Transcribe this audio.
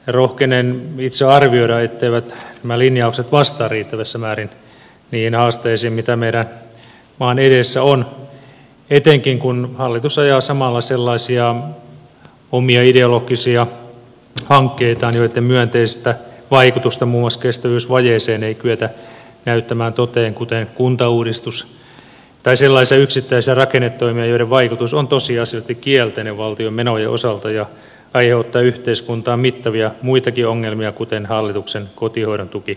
rohkenen itse arvioida etteivät nämä linjaukset vastaa riittävässä määrin niihin haasteisiin mitä meidän maamme edessä on etenkin kun hallitus ajaa samalla sellaisia omia ideologisia hankkeitaan joitten myönteisiä vaikutuksia muun muassa kestävyysvajeeseen ei kyetä näyttämään toteen kuten kuntauudistus tai sellaisia yksittäisiä rakennetoimia joiden vaikutus on tosiasiallisesti kielteinen valtion menojen osalta ja aiheuttaa yhteiskuntaan muitakin mittavia ongelmia kuten hallituksen kotihoidontukilinjaukset